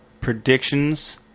predictions